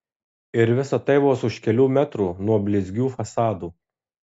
ir visa tai vos už kelių metrų nuo blizgių fasadų